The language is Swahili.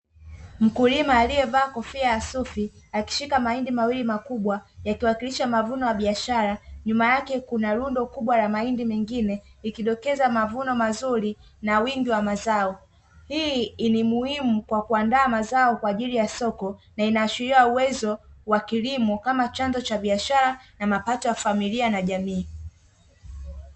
Mkulima aliyevaa kofia ya sufi ,akishika mahindi mawili makubwa, yakiwakilisha mavuno ya biashara, nyuma yake kuna rundo kubwa la mahindi mengine, ikidokeza mavuno mazuri na wingi wa mazao, hii ni muhimu kwa kuandaa mazao kwa ajili ya soko, na inaashiria uwezo wa kilimo, kama chanzo cha biashara na mapato ya familia na jamii.